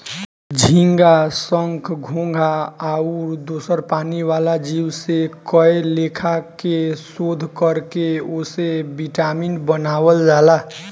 झींगा, संख, घोघा आउर दोसर पानी वाला जीव से कए लेखा के शोध कर के ओसे विटामिन बनावल जाला